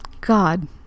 God